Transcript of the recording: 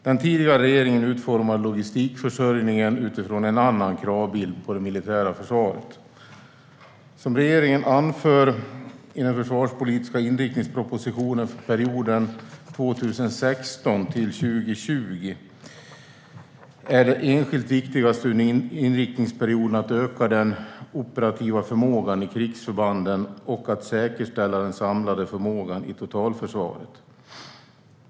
Den tidigare regeringen utformade logistikförsörjningen utifrån en annan kravbild på det militära försvaret. Som regeringen anför i den försvarspolitiska inriktningspropositionen för perioden 2016-2020 är det enskilt viktigaste under inriktningsperioden att öka den operativa förmågan i krigsförbanden och att säkerställa den samlade förmågan i totalförsvaret.